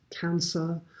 cancer